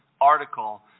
article